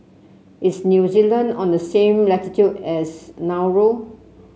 is New Zealand on the same latitude as Nauru